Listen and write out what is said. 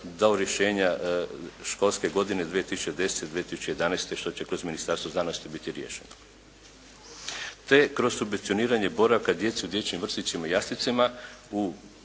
dao rješenja školske godine 2010., 2011. što će kroz Ministarstvo znanosti biti riješeno. Te kroz subvencioniranje boravka djece u dječjim vrtićima i jaslicama